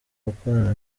gukorana